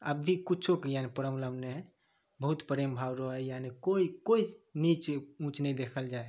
अभी किछुके यानी प्रॉब्लम नहि हइ बहुत प्रेमभाव रहै यानी कोइ कोइ नीच उँच नहि देखल जाइ हइ